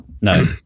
No